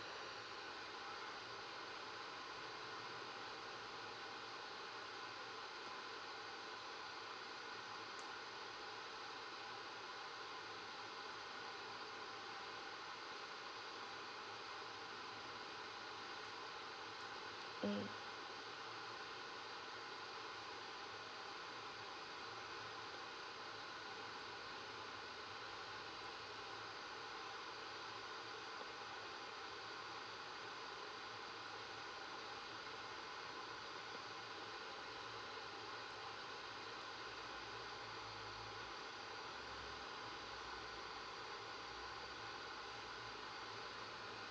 mm